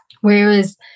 whereas